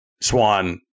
Swan